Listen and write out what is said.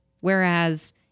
Whereas